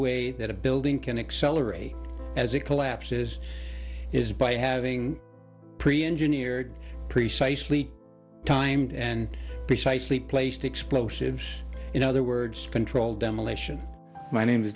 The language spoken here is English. way that a building can accelerate as it collapses is by having pre engineered precisely timed and precisely placed explosives in other words controlled demolition my name